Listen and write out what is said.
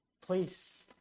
Please